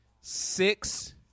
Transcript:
Six